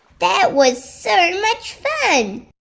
that was so much fun!